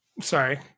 Sorry